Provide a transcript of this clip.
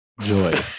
joy